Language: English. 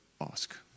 ask